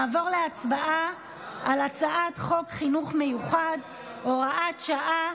נעבור להצבעה על הצעת חוק חינוך מיוחד (הוראת שעה,